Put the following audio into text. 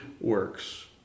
works